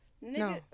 No